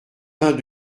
vingt